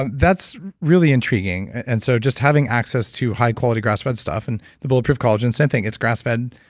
and that's really intriguing. and so just having access to high quality grass-fed stuff, and the bulletproof collagen, same thing. it's grass-fed.